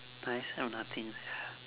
I also have nothing